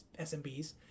SMBs